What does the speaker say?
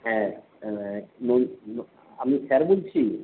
হ্যাঁ বোবো আমি স্যার বলছি